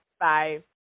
Bye